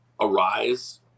arise